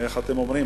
איך אתם אומרים?